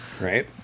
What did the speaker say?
Right